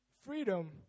freedom